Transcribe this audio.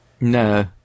No